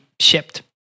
shipped